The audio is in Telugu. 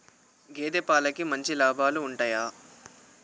గేదే పాలకి మంచి లాభాలు ఉంటయా?